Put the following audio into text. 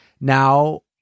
Now